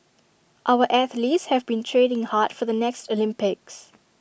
our athletes have been training hard for the next Olympics